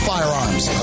Firearms